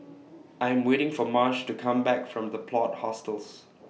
I Am waiting For Marsh to Come Back from The Plot Hostels